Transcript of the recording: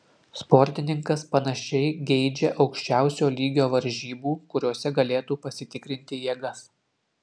sportininkas panašiai geidžia aukščiausio lygio varžybų kuriose galėtų pasitikrinti jėgas